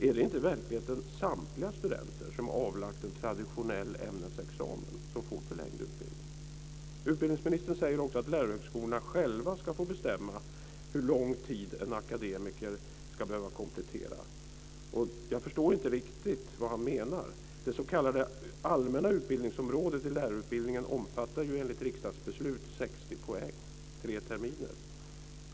Är det inte i verkligheten samtliga studenter som avlagt en traditionell ämnesexamen som får förlängd utbildning? Utbildningsministern säger också att lärarhögskolorna själva ska få bestämma hur lång tid en akademiker ska behöva komplettera. Jag förstår inte riktigt vad han menar. Det s.k. allmänna utbildningsområdet i lärarutbildningen omfattar ju enligt riksdagsbeslut 60 poäng - tre terminer.